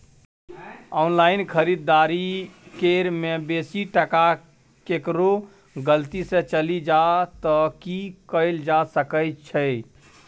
Online खरीददारी करै में बेसी टका केकरो गलती से चलि जा त की कैल जा सकै छै?